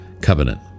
covenant